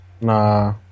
Nah